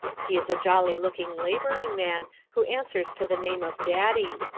he is a jolly-looking labouring man, who answers to the name of daddy,